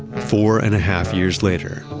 four and a half years later,